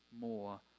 more